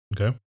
Okay